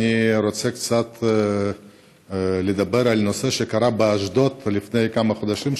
אני רוצה קצת לדבר על דבר שקרה באשדוד לפני כמה חודשים,